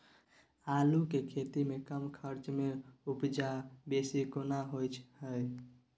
आलू के खेती में कम खर्च में उपजा बेसी केना होय है?